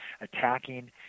attacking